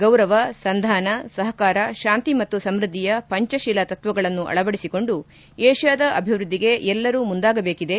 ಗೌರವ ಸಂಧಾನ ಸಹಕಾರ ಶಾಂತಿ ಮತ್ತು ಸಮೃದ್ದಿಯ ಪಂಚತೀಲ ತತ್ವಗಳನ್ನು ಅಳವಡಿಸಿಕೊಂಡು ಏಷ್ಯಾದ ಅಭಿವೃದ್ಧಿಗೆ ಎಲ್ಲರೂ ಮುಂದಾಗಬೇಕೆದೆ